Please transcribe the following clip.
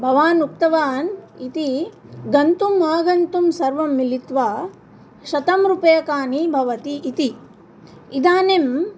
भवान् उक्तवान् इति गन्तुम् आगन्तुं सर्वं मिलित्वा शतं रूप्यकाणि भवति इति इदानीम्